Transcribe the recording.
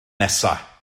nesaf